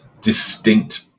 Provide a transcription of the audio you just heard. distinct